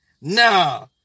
Nah